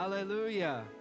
Hallelujah